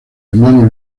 hermano